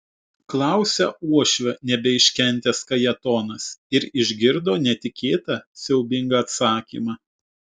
klausia uošvio nebeiškentęs kajetonas ir išgirdo netikėtą siaubingą atsakymą